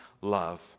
love